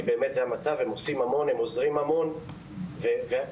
הם עוזרים המון ומגיע להם,